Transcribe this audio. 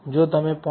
જો તમે 0